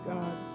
God